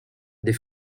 des